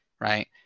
right